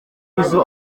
izo